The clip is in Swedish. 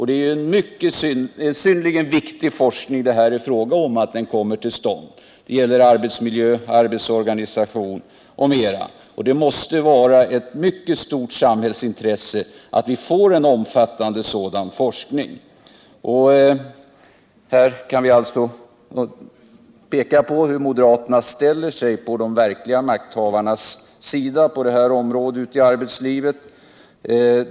Det är synnerligen viktigt att denna forskning kommer till stånd. Det gäller arbetsmiljö, arbetsorganisation och mycket annat. Det måste vara ett stort samhällsintresse att vi får en omfattande sådan forskning. Här kan vi alltså se hur moderaterna ställer sig på samma sida som de verkliga makthavarna i arbetslivet.